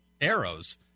arrows